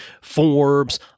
Forbes